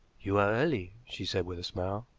you are early, she said with a smile.